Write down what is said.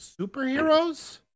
superheroes